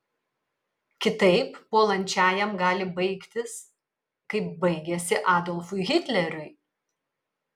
kitaip puolančiajam gali baigtis kaip baigėsi adolfui hitleriui